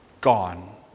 gone